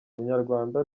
umunyarwanda